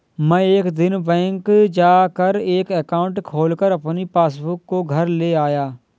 मै एक दिन बैंक जा कर एक एकाउंट खोलकर अपनी पासबुक को घर ले आया